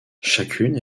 chacune